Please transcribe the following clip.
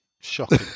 Shocking